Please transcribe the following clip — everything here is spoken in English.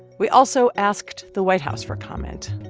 we also asked the white house for comment.